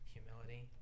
Humility